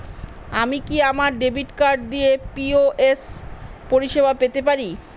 আমি কি আমার ডেবিট কার্ড দিয়ে পি.ও.এস পরিষেবা পেতে পারি?